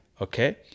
okay